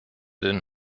den